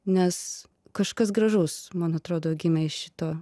nes kažkas gražaus man atrodo gimė iš šito